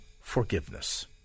forgiveness